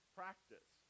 practice